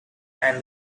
and